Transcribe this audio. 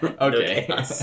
Okay